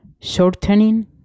shortening